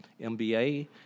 MBA